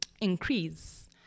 increase